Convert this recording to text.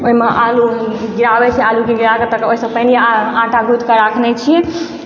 ओहिमे आलू गिराबैत छै आलूके गिराके ओहिसँ पहिने आटा गुँथिकऽ राखने छी